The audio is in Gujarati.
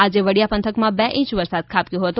આજે વડીયા પંથકમા બે ઇંચ વરસાદ ખાબકથો હતો